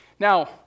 Now